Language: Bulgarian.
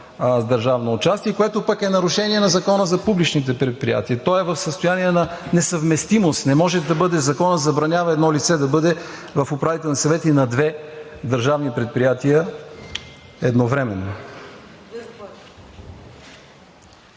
държавно участие, което е нарушение на Закона за публичните предприятия. Той е в състояние на несъвместимост – Законът забранява едно лице да бъде в управителните съвети на две държавни предприятия едновременно.